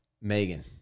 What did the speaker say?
Megan